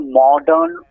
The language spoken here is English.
modern